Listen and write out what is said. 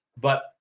But-